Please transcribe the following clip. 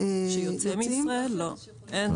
כיוון